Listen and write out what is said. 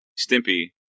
Stimpy